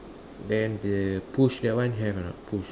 then the push that one have or not push